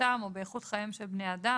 בבריאותם או באיכות חייהם של בני אדם,